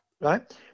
Right